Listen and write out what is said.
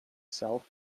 sell